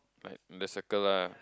like the circle lah